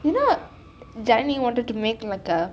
you know janani wanted to make like a